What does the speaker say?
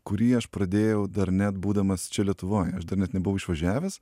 kurį aš pradėjau dar net būdamas čia lietuvoj aš dar net nebuvau išvažiavęs